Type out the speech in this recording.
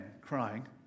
crying